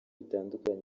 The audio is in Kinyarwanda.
bitandukanye